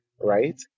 right